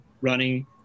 running